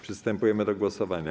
Przystępujemy do głosowania.